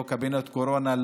לא קבינט הקורונה,